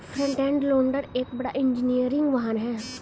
front end loader एक बड़ा engineering वाहन है